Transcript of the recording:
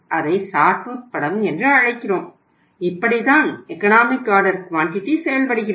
அதை sawtooth செயல்படுகிறது